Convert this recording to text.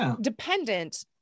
dependent